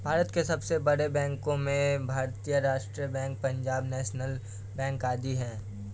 भारत के सबसे बड़े बैंको में से भारतीत state bank, Punjab national bank आदि है